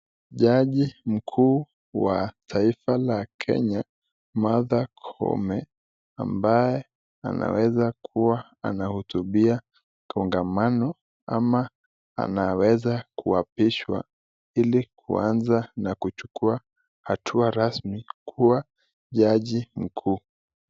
Jaji mkuu wa taifa la Kenya Martha Koome ambaye anaweza kuwa anahutubia kongamano ama anaweza kuapishwa ili kuanza na kuchukua hatua rasmi kuwa jaji mkuu.